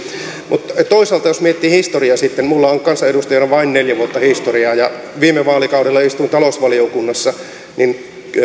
mutta toisaalta jos miettii historiaa sitten minulla on kansanedustajana vain neljä vuotta historiaa ja viime vaalikaudella istuin talousvaliokunnassa